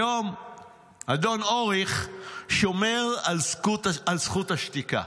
היום אדון אוריך שומר על זכות השתיקה.